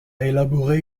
élaboré